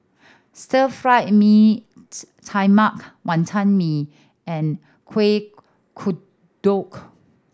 stir fried mee tai mak Wantan Mee and Kuih Kodok